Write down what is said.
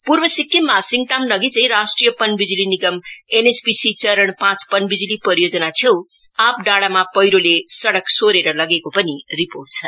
पूर्व सिक्किममा सिंङताम नजीकै राष्ट्रिय पन बिजुली निगम एनएचपीसी चरण पाँच परियोजना छेउ आप डाँडामा पैह्रोले सड़क सोरेर लगेको पनि रिपोर्ट छ